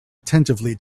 attentively